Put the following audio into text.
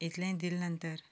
इतलेंय दिलें नंतर